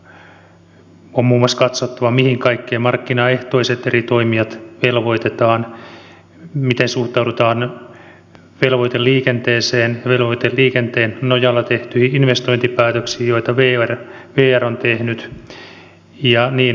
on muun muassa katsottava mihin kaikkeen eri markkinaehtoiset toimijat velvoitetaan miten suhtaudutaan velvoiteliikenteeseen velvoiteliikenteen nojalla tehtyihin investointipäätöksiin joita vr on tehnyt ja niin edelleen